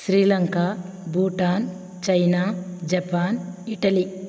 Sri Lanka Bhutan China Japan Italy